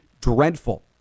dreadful